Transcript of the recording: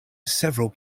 several